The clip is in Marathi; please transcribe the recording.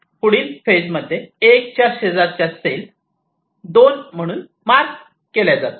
पुढील फेज मध्ये 1 च्या शेजारच्या सेल 2 म्हणून मार्क केल्या जातील